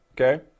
Okay